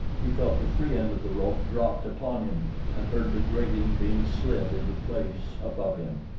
he felt the free end of the rope dropped upon him and heard the grating being slid into place above him.